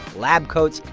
lab coats,